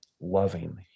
loving